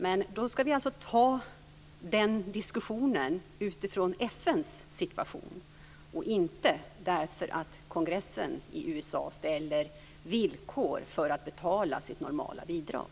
Men då ska vi alltså ta den diskussionen utifrån FN:s situation och inte därför att kongressen i USA ställer villkor för att betala sitt normala bidrag.